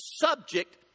subject